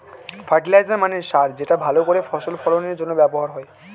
fertiliser মানে সার যেটা ভালো করে ফসল ফলনের জন্য ব্যবহার হয়